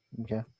Okay